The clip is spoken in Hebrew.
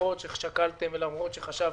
למרות ששקלתם ולמרות שחשבתם.